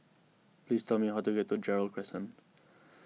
please tell me how to get to Gerald Crescent